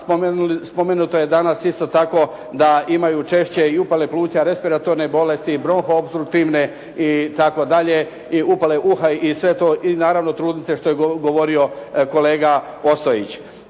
spomenuto je danas isto tako, da imaju češće upale pluća, respiratorne bolesti i bronho opstruktivne itd. i upale uha i sve to i naravno trudnice što je govorio kolega Ostojić.